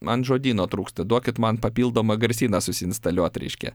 man žodyno trūksta duokit man papildomą garsyną susiinstaliuot reiškia